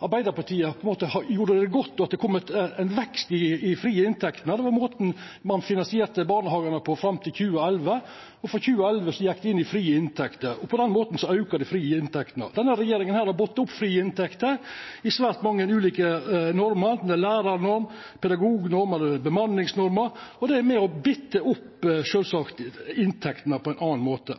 Arbeidarpartiet gjorde det godt, og at det kom ein vekst i dei frie inntektene, var måten ein finansierte barnehagane på fram til 2011. Frå 2011 gjekk det inn i frie inntekter, og på den måten auka dei frie inntektene. Denne regjeringa har bunde opp frie inntekter i veldig mange ulike normer – lærarnorm, pedagognorm, bemanningsnormer – og det er sjølvsagt med på å binda opp inntektene på ein annan måte.